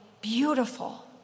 beautiful